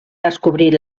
descobrir